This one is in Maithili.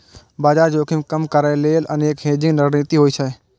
बाजार जोखिम कम करै लेल अनेक हेजिंग रणनीति होइ छै